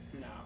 No